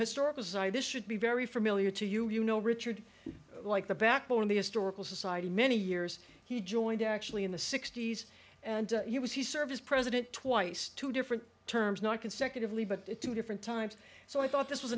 historic design this should be very familiar to you you know richard like the backbone of the historical society many years he joined actually in the sixty's and he was he served as president twice two different terms not consecutively but two different times so i thought this was